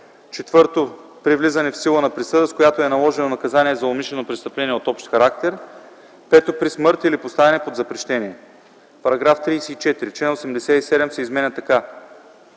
4. при влизане в сила на присъда, с която е наложено наказание за умишлено престъпление от общ характер; 5. при смърт или поставяне под запрещение.” § 34. Член 87 се изменя така: